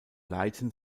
leiten